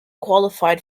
qualified